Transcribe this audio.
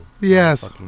Yes